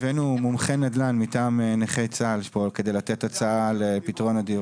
הבאנו מומחה נדל"ן מטעם נכי צה"ל כדי לתת הצעה לפתרון הדיור.